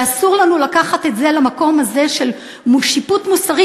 אסור לנו לקחת את זה למקום הזה מול שיפוט מוסרי